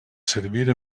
servir